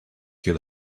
kill